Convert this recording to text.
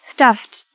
Stuffed